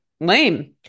lame